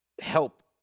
help